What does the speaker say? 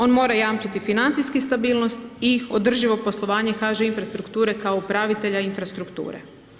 On mora jamčiti financijski stabilnost i održimo poslovanje HŽ Infrastrukture kao upravitelja infrastrukture.